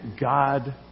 God